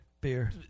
Beer